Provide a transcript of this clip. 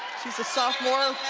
she's a sophomore.